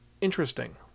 interesting